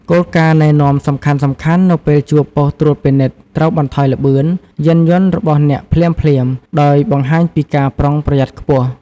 គោលការណ៍ណែនាំសំខាន់ៗនៅពេលជួបប៉ុស្តិ៍ត្រួតពិនិត្យត្រូវបន្ថយល្បឿន យានយន្តរបស់អ្នកភ្លាមៗ ដោយបង្ហាញពីការប្រុងប្រយ័ត្នខ្ពស់។